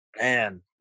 Man